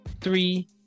three